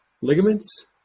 ligaments